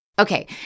Okay